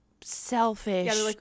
selfish